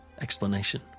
explanation